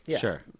Sure